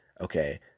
okay